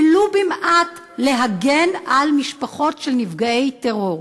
ולו במעט, להקל על משפחות של נפגעי טרור.